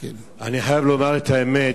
אדוני היושב-ראש, אני חייב לומר את האמת,